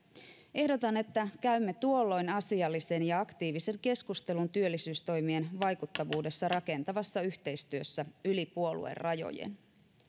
ehdotan että käymme tuolloin asiallisen ja aktiivisen keskustelun työllisyystoimien vaikuttavuudesta rakentavassa yhteistyössä yli puoluerajojen